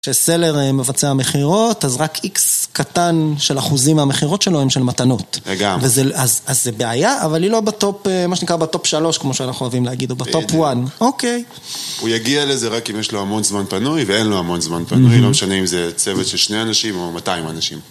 כשסלר מבצע מכירות, אז רק איקס קטן של אחוזים מהמכירות שלו הם של מתנות. גם. אז זה בעיה, אבל היא לא בטופ... מה שנקרא בטופ שלוש, כמו שאנחנו אוהבים להגיד, או בטופ וואן. אוקיי. הוא יגיע לזה רק אם יש לו המון זמן פנוי, ואין לו המון זמן פנוי. לא משנה אם זה צוות של שני אנשים או מאתיים אנשים.